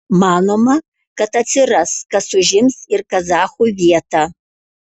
manoma kad atsiras kas užims ir kazachų vietą